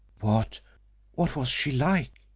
what what was she like?